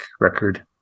record